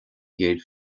gcéad